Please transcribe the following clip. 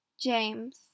James